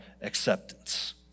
acceptance